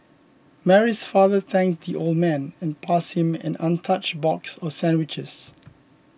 Mary's father thanked the old man and passed him an untouched box of sandwiches